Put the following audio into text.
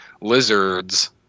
lizards